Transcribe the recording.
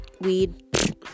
weed